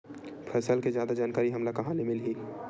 फसल के जादा जानकारी हमला कहां ले मिलही?